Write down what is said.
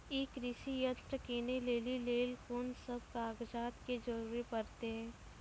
ई कृषि यंत्र किनै लेली लेल कून सब कागजात के जरूरी परतै?